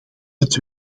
het